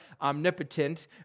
omnipotent